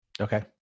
Okay